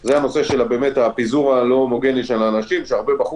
זה פיזור לא הומוגני של אנשים - הרבה בחוץ,